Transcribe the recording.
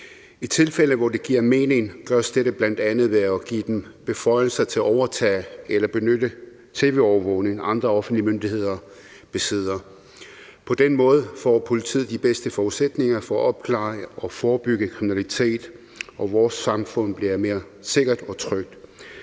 I tilfælde, hvor det giver mening, gøres dette bl.a. ved at give dem beføjelser til at overtage eller benytte tv-overvågning, som andre offentlige myndigheder besidder. På den måde får politiet de bedste forudsætninger for at opklare og forebygge kriminalitet, og vores samfund bliver mere sikkert og trygt.